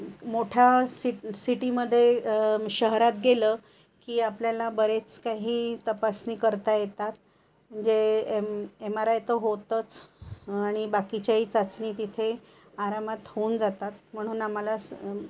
मोठ्या सि सिटीमध्ये शहरात गेलं की आपल्याला बरेच काही तपासणी करता येतात म्हणजे एम एम आर आय तर होतंच आणि बाकीच्याही चाचणी तिथे आरामात होऊन जातात म्हणून आम्हाला स